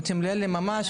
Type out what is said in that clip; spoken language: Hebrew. הוא תמלל לי ממש,